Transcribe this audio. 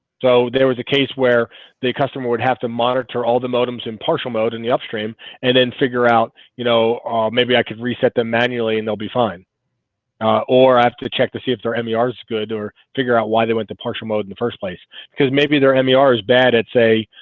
so there was a case where the customer would have to monitor all the modems in partial mode in the upstream and then figure out you know maybe i could reset them manually and they'll be fine or i have to check to see if there any artists good or figure out why they went to partial mode in the first place because maybe they're and r is bad at say